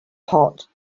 hot